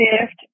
shift